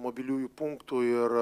mobiliųjų punktų ir